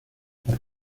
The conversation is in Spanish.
por